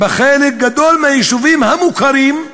בחלק גדול מהיישובים המוכרים,